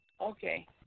Okay